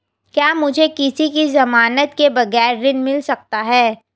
क्या मुझे किसी की ज़मानत के बगैर ऋण मिल सकता है?